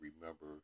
remember